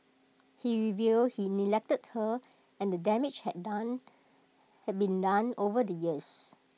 he revealed he neglected her and damage had done had been done over the years